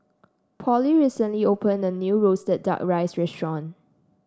Polly recently opened a new roasted Duck Rice Restaurant